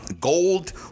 gold